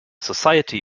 society